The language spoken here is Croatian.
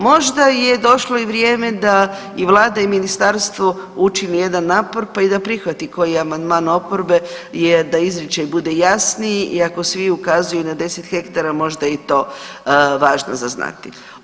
Možda je došlo i vrijeme da i Vlada i Ministarstvo učini jedan napor pa i da prihvati koji amandman oporbe da izričaj bude jasniji, iako svi ukazuju na 10 hektara možda je i to važno za znati.